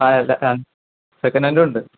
ആ ആല്ല സെക്കൻഡ് ഹാൻഡും ഉണ്ട്